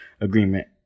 Agreement